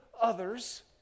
others